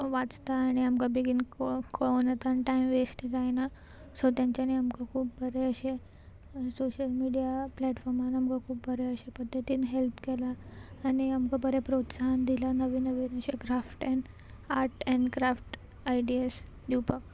वाचता आनी आमकां बेगीन कळोन कळोन येता टायम वेस्ट जायना सो तेंच्यांनी आमकां खूब बरें अशें सोशल मिडिया प्लेटफॉर्मान आमकां खूब बरें अशे पद्दतीन हेल्प केलां आनी आमकां बरें प्रोत्साहन दिलां नवीन नवीन अशें craft and art and craft ideas दिवपाक